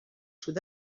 sud